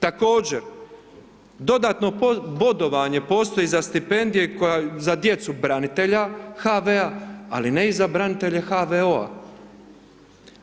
Također, dodatno bodovanje postoji za stipendije ... za djecu branitelja HV-a ali ne i za branitelje HVO-a.